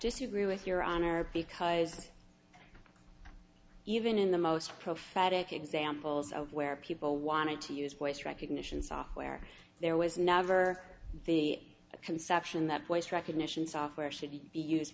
disagree with your honor because even in the most prophetic examples of where people wanted to use voice recognition software there was never the conception that voice recognition software should be used